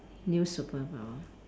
new superpower